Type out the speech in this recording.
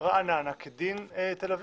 רעננה כדין תל אביב,